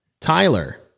Tyler